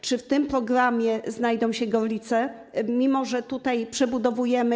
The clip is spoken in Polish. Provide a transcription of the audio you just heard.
Czy w tym programie znajdą się Gorlice, mimo że tutaj przebudowujemy?